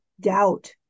doubt